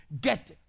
get